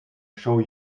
show